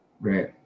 Right